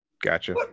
Gotcha